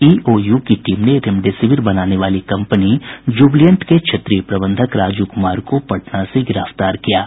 EOU की team ने remdesivir बनाने वाली कंपनी जुबलिएंट के क्षेत्रीय प्रबंधक राजू कुमार को पटना से गिरफ्तार किया है